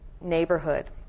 neighborhood